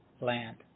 land